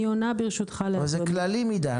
זה כללי מדי.